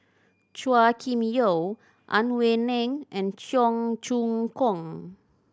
Chua Kim Yeow Ang Wei Neng and Cheong Choong Kong